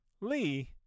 Lee